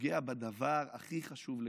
פוגע בדבר הכי חשוב לכולנו,